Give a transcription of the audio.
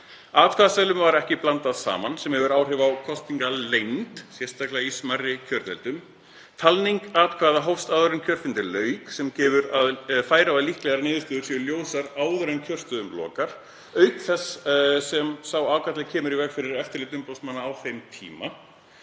atkvæðaseðlum var ekki blandað saman, sem hefur áhrif á kosningaleynd, sérstaklega í smærri kjördeildum, talning atkvæða hófst áður en kjörfundi lauk, sem gefur færi á að líklegar niðurstöður séu ljósar áður en kjörstöðum lokar, auk þess sem sá ágalli kom í veg fyrir eftirlit umboðsmanna á þeim tíma.